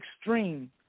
extreme